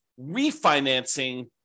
refinancing